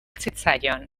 zitzaion